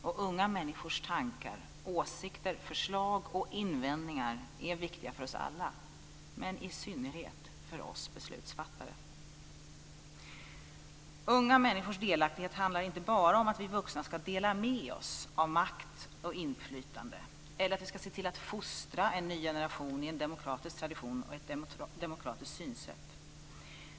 Och unga människors tankar, åsikter, förslag och invändningar är viktiga för oss alla, men i synnerhet för oss beslutsfattare. Unga människors delaktighet handlar inte bara om att vi vuxna ska dela med oss av makt och inflytande eller att vi ska se till att fostra en ny generation i en demokratisk tradition och ett demokratiskt synsätt.